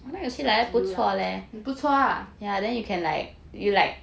不错 lah